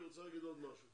הוא רוצה לומר עוד משהו.